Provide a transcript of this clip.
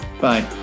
Bye